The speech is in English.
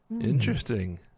interesting